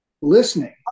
listening